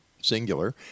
singular